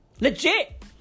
Legit